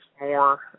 more